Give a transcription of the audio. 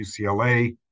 UCLA